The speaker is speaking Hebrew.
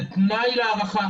זה תנאי להארכה,